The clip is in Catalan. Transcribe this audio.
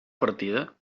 partida